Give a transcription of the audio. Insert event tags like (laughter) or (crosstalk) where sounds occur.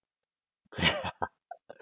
(laughs)